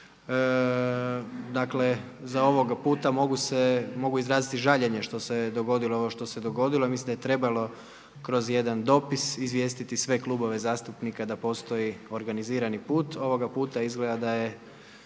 Dakle za ovoga puta mogu se, mogu izraziti žaljenje što se dogodilo ovo što se dogodilo i mislim da je trebalo kroz jedan dopis izvijestiti sve klubove zastupnika da postoji organizirani put. Ovoga puta izgleda da je